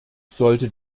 sollte